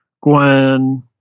Gwen